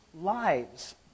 lives